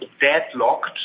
deadlocked